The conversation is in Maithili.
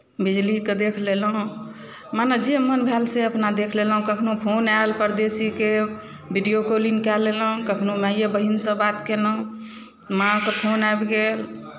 बिजलीकेँ देखि लेलहुँ मने जे मन भएल से अपना देखि लेलहुँ कखनो फोन आयल परदेशीके वीडियो कॉलिंग कए लेलहुँ कखनो माइए बहीनसँ बात कयलहुँ माँके फोन आबि गेल